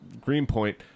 Greenpoint